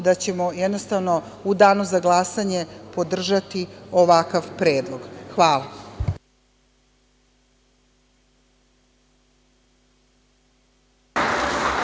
da ćemo jednostavno u danu za glasanje podržati ovakav predlog. Hvala.